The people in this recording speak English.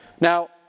Now